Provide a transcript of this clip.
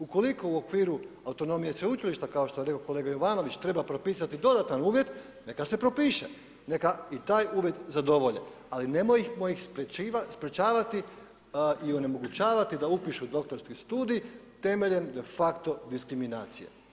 Ukoliko u okviru autonomije sveučilišta kao što je rekao kolega Jovanović treba propisati dodatni uvjet, neka se propiše, neka i taj uvjet zadovolje ali nemojmo ih sprečavati i onemogućavati da upišu doktorski studij temeljem de facto diskriminacije.